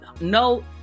no